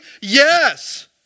Yes